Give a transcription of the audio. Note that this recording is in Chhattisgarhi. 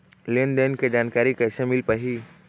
लेन देन के जानकारी कैसे मिल पाही?